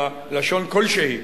אלא לשון כלשהי.